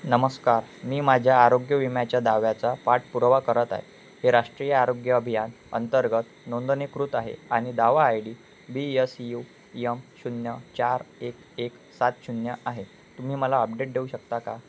नमस्कार मी माझ्या आरोग्य विम्याच्या दाव्याचा पाठपुरावा करत आहे हे राष्ट्रीय आरोग्य अभियान अंतर्गत नोंदणीकृत आहे आणि दावा I D B S U M शून्य चार एक एक सात शून्य आहे तुम्ही मला अपडेट देऊ शकता का